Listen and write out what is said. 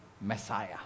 Messiah